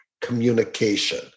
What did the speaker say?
communication